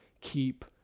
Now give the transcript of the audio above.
Keep